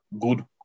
good